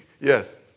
Yes